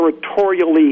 territorially